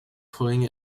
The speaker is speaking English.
putting